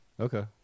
Okay